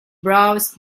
browsed